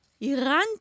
Iran